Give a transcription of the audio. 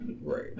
Right